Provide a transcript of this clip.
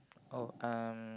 oh um